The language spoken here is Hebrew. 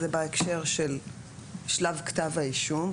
זה בהקשר של שלב כתב האישום,